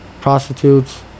Prostitutes